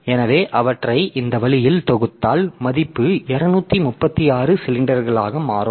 எனவே அவற்றை இந்த வழியில் தொகுத்தால் மதிப்பு 236 சிலிண்டர்களாக மாறும்